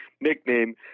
nickname